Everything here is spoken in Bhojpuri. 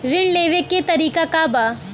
ऋण लेवे के तरीका का बा?